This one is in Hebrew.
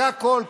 זה הכול.